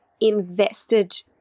invested